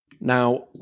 Now